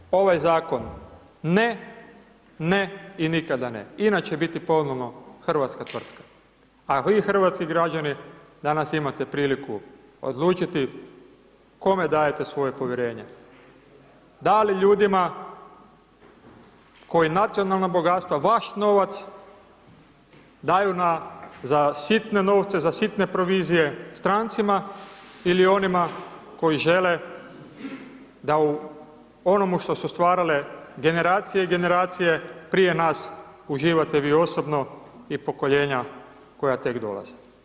Prema tome, ovaj zakon ne, ne i nikada ne, INA će biti ponovno hrvatska tvrtka, a vi hrvatski građani danas imate priliku odlučiti kome dajete svoje povjerenje, da li ljudima koji nacionalna bogatstva, vaš novac, daju za sitne novce, za sitne provizije strancima ili onima koji žele da u onomu što su stvarale generacije i generacije prije nas, uživate vi osobno i pokoljenja koja tek dolaze.